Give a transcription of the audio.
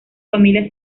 familia